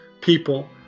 people